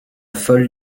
folle